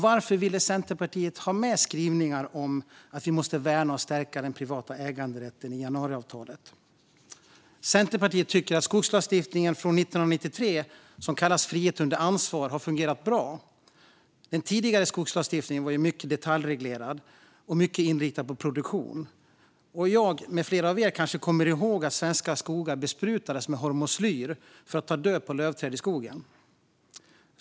Varför ville Centerpartiet ha med skrivningar om att vi måste värna och stärka den privata äganderätten i januariavtalet? Centerpartiet tycker att skogslagstiftningen från 1993, med vad som kallas frihet under ansvar, har fungerat bra. Den tidigare skogslagstiftningen var mycket detaljreglerad och mycket inriktad på produktion. Jag och kanske flera av er kommer ihåg att svenska skogar besprutades med hormoslyr för att ta död på lövträd i skogen.